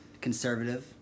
Conservative